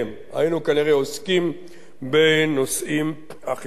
היינו כנראה עוסקים בנושאים אחרים,